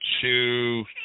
Two